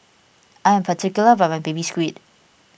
I am particular about my Baby Squid